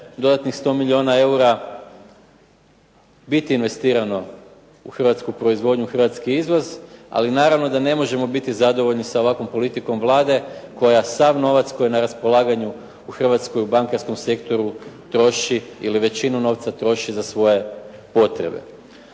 dodatnih 100 milijuna eura biti investirano u hrvatsku proizvodnju, hrvatski izvoz, ali naravno da ne možemo biti zadovoljni sa ovakvom politikom Vlade koja sav novac koji je na raspolaganju u Hrvatskoj u bankarskom sektoru troši ili većinu novca troši za svoje potrebe.